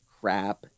crap